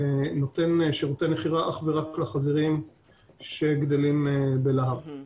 שנותן שירותי מכירה אך ורק לחזירים שגדלים בלהב.